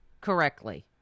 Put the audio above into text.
correctly